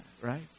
right